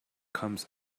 comes